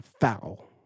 foul